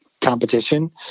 competition